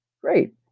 Great